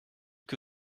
que